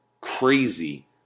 crazy